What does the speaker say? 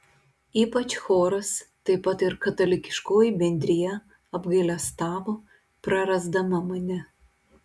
ypač choras taip pat ir katalikiškoji bendrija apgailestavo prarasdama mane